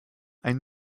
ein